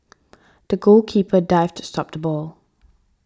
the goalkeeper dived to stop the ball